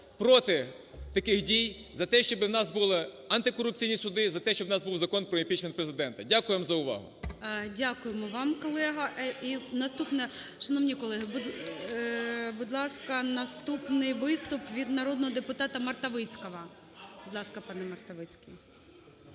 проти таких дій за те, щоб у нас були антикорупційні суди, за те, щоб у нас був Закон про імпічмент Президента. Дякую вам за увагу. ГОЛОВУЮЧИЙ. Дякуємо вам, колега. І наступне, шановні колеги, будь ласка, наступний виступ від народного депутата Мартовицького. Будь ласка, пане Мартовицький.